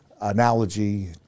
analogy